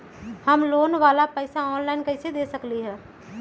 हम लोन वाला पैसा ऑनलाइन कईसे दे सकेलि ह?